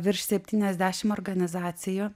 virš septyniasdešim organizacijų